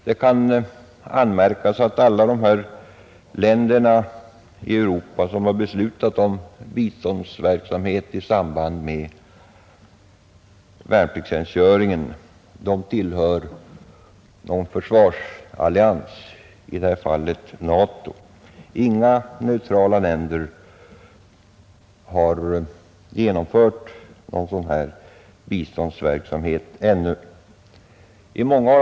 Sålunda tillhör alla de länder i Europa som beslutat om tjänstgöring i biståndsarbete i stället för värnpliktstjänstgöring en försvarsallians, dvs. NATO. Inga neutrala länder har ännu medgivit tjänstgöring i biståndsarbete som alternativ till värnpliktstjänstgöring.